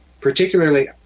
particularly